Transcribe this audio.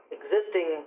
existing